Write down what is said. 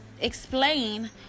explain